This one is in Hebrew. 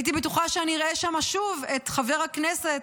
הייתי בטוחה שאני אראה שם שוב את חבר הכנסת,